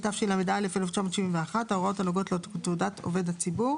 התשל"א-1971 ההוראות הנוגעות לתעודת עובד הציבור,